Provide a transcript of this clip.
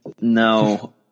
no